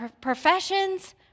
professions